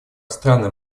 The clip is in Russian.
страны